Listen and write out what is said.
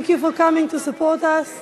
Thank you for coming to support us,